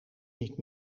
niet